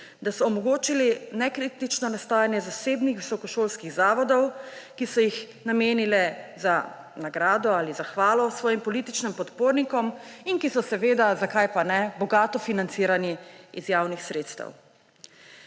da so omogočili nekritično nastajanje zasebnih visokošolskih zavodov, ki so jih namenile za nagrado ali zahvalo svojim političnim podpornikom in ki so ‒ seveda, zakaj pa ne – bogato financirani iz javnih sredstev.